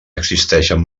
existeixen